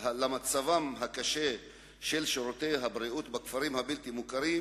למצבם הקשה של שירותי הבריאות בכפרים הבלתי-מוכרים